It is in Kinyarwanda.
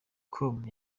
com